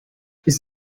ist